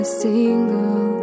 single